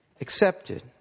accepted